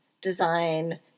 design